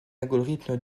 algorithme